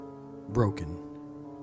broken